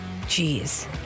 Jeez